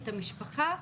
את המשפחה,